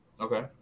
okay